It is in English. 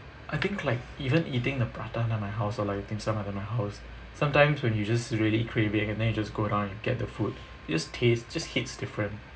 I think like even eating the prata under my house or like dim sum under house sometimes when you're just really craving and then you just go down and get the food you just taste just taste different